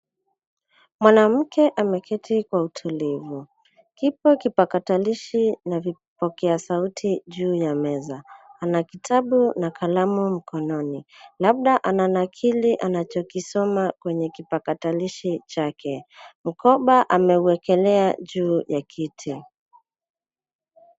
Mwanamke ameketi kwa utulivu. Vipo kipakatalishi na vipokea sauti juu ya meza. Ana kitabu na kalamu mkononi. Labda ananakili anachokisoma kwenye kipakatalishi chake. Mkoba ameuwekelea juu ya kiti.